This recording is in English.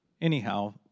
anyhow